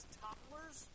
toddlers